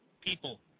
people